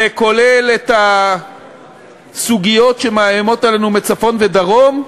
זה כולל את הסוגיות שמאיימות עלינו מצפון ומדרום,